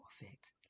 effect